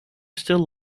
still